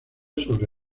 sobre